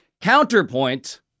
Counterpoint